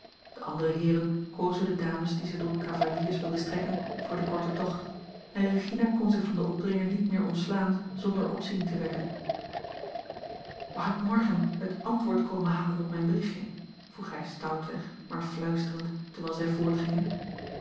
de andere heeren kozen de dames die zij tot cavaliers wilden strekken voor den korten tocht en regina kon zich van den opdringer niet meer ontslaan zonder opzien te wekken mag ik morgen het antwoord komen halen op mijn briefje vroeg hij stoutweg maar fluisterend terwijl zij